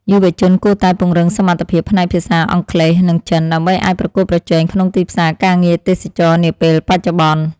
យុវជនគួរតែពង្រឹងសមត្ថភាពផ្នែកភាសាអង់គ្លេស និងចិន ដើម្បីអាចប្រកួតប្រជែងក្នុងទីផ្សារការងារទេសចរណ៍នាពេលបច្ចុប្បន្ន។